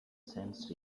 sensed